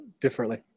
differently